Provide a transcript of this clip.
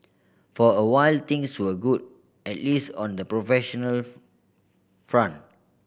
for a while things were good at least on the professional front